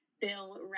Bill